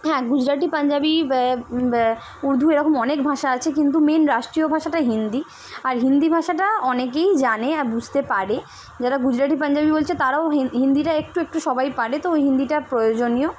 হ্যাঁ গুজরাটি পাঞ্জাবি উর্দু এরকম অনেক ভাঁষা আছে কিন্তু মেন রাষ্ট্রীয় ভাষাটা হিন্দি আর হিন্দি ভাষাটা অনেকেই জানে আর বুঝতে পারে যারা গুজরাটি পাঞ্জাবি বলছে তারাও হিন্দিটা একটু একটু সবাই পারে তো ওই হিন্দিটা প্রয়োজনীয়